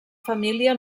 família